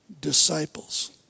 disciples